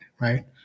right